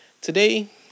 Today